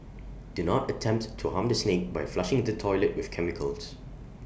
do not attempt to harm the snake by flushing the toilet with chemicals